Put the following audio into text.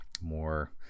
more